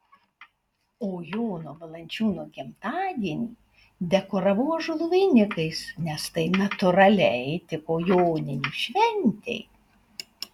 o jono valančiūno gimtadienį dekoravau ąžuolų vainikais nes tai natūraliai tiko joninių šventei